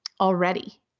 already